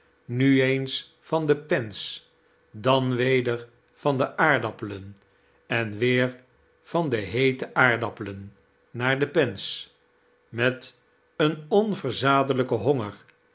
nu eens van de pens dan weder van de aardappelen en weer van de heete aai dappelen naar de pens met een onverzadelijken honger